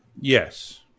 yes